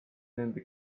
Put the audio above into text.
nende